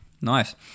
Nice